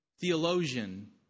theologian